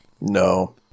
No